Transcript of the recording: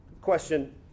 question